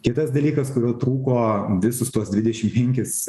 kitas dalykas kurio trūko visus tuos dvidešim penkis